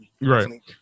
right